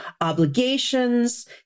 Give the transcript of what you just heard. obligations